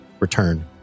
return